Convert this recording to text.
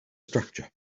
structure